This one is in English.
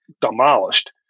demolished